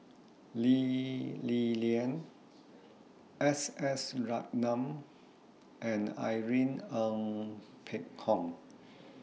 Lee Li Lian S S Ratnam and Irene Ng Phek Hoong